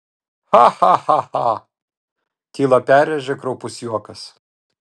ha ha ha ha tylą perrėžė kraupus juokas